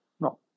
No